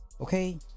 okay